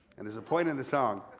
and there's a point in the song,